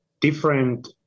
different